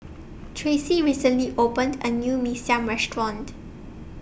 Traci recently opened A New Mee Siam Restaurant